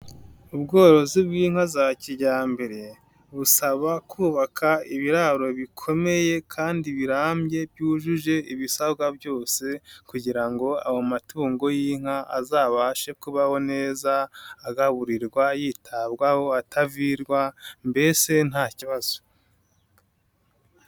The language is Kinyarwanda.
Ubworozi bw'inka za kijyambere, busaba kubaka ibiraro bikomeye kandi birambye byujuje ibisabwa byose kugira ngo ayo amatungo y'inka azabashe kubaho neza, agaburirwa, yitabwaho, atavirwa, mbese nta kibazo.